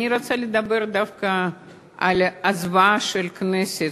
אני רוצה לדבר דווקא על הזוועה של הכנסת,